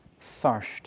thirst